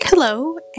Hello